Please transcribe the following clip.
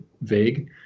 vague